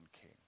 king